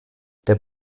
der